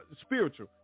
spiritual